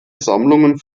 sammlungen